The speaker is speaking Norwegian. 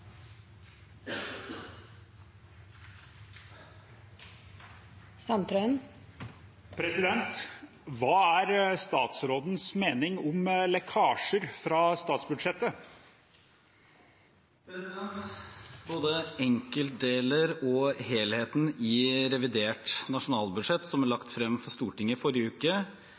statsbudsjettet?» Både enkeltdeler og helheten i revidert nasjonalbudsjett, som ble lagt frem for Stortinget i forrige uke,